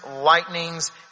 lightnings